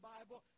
Bible